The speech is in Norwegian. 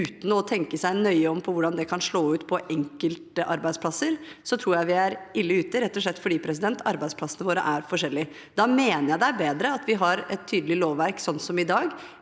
uten å tenke nøye over hvordan det kan slå ut på enkeltarbeidsplasser, tror jeg vi er ille ute, rett og slett fordi arbeidsplassene våre er forskjellige. Da mener jeg det er bedre at vi har et tydelig lovverk, sånn som i dag,